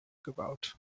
gebaut